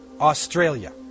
Australia